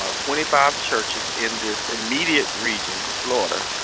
ah twenty five churches in this immediate region, florida,